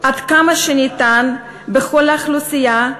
עד כמה שניתן בכל האוכלוסייה,